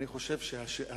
אני חושב שהחשיבה